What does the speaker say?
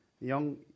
young